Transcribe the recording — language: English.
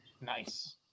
Nice